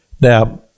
Now